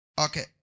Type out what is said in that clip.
Okay